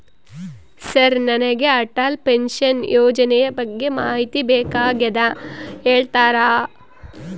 Sir ನನಗೆ Atal pension ಯೋಜನೆ ಬಗ್ಗೆ ಮಾಹಿತಿ ಬೇಕಾಗ್ಯದ ಹೇಳ್ತೇರಾ?